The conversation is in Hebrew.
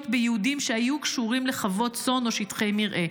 ביהודים שהיו קשורים לחוות צאן או לשטחי מרעה.